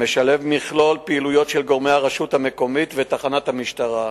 המשלב מכלול פעילויות של גורמי הרשות המקומית ותחנת המשטרה.